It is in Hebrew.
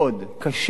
קשה מאוד,